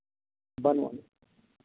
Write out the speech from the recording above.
ᱵᱟᱹᱱᱩᱜᱼᱟ